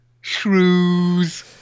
shrews